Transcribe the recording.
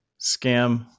scam